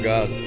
God